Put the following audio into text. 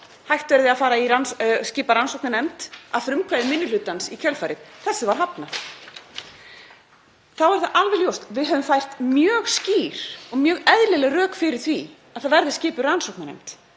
hægt verði að skipa rannsóknarnefnd að frumkvæði minni hlutans í kjölfarið. Þessu var hafnað. Þá er það alveg ljóst að við höfum fært mjög skýr og mjög eðlileg rök fyrir því að það verði skipuð rannsóknarnefnd.